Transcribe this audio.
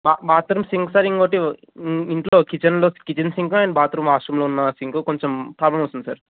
బా bathroom sink sir ఇంకోటి ఇం ఇంట్లో కిచెన్లో కిచెన్ సింక్లో అండ్ బాత్రూం వాష్ రూమ్స్లో ఉన్న సింక్ కొంచెం ప్రాబ్లెమ్ వస్తుంది సార్